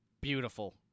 Beautiful